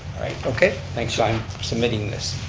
okay. thanks, i'm submitting this.